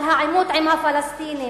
על העימות עם הפלסטינים,